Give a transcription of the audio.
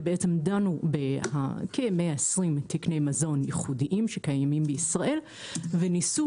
שבעצם דנו בכ-120 תקני מזון ייחודיים שקיימים בישראל וניסו,